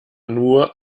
nur